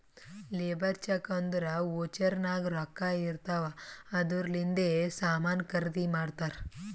labour check ಅಂದುರ್ voucher ನಾಗ್ ರೊಕ್ಕಾ ಇರ್ತಾವ್ ಅದೂರ್ಲಿಂದೆ ಸಾಮಾನ್ ಖರ್ದಿ ಮಾಡ್ತಾರ್